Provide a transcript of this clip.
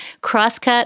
Crosscut